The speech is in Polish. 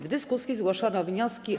W dyskusji zgłoszono wnioski.